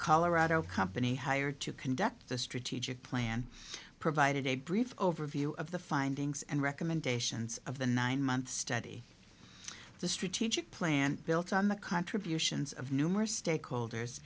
colorado company hired to conduct the strategic plan provided a brief overview of the findings and recommendations of the nine month study the strategic plan built on the contributions of numerous stakeholders